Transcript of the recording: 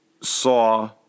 saw